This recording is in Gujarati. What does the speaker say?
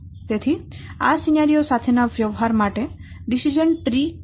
તેથી આ સિનારીયો સાથેના વ્યવહાર માટે ડીસીઝન ટ્રી કામમાં આવે છે